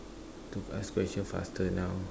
to ask question faster now